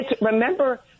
Remember